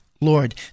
Lord